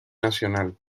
nacional